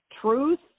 truth